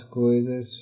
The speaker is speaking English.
coisas